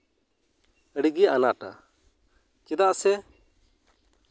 ᱟᱹᱰᱤᱜᱮ ᱟᱱᱟᱴᱟ ᱪᱮᱫᱟᱜ ᱥᱮ